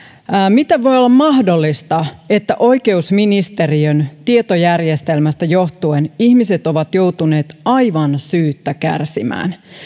miten voi olla mahdollista että oikeusministeriön tietojärjestelmästä johtuen ihmiset ovat joutuneet aivan syyttä kärsimään